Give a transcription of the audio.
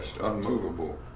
unmovable